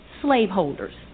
slaveholders